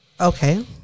Okay